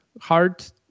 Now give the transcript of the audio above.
hard